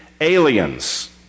aliens